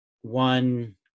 one